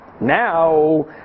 Now